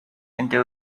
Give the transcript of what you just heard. into